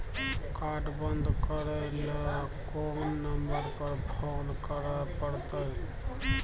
Card बन्द करे ल कोन नंबर पर फोन करे परतै?